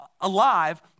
alive